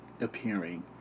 appearing